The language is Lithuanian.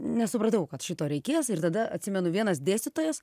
nesupratau kad šito reikės ir tada atsimenu vienas dėstytojas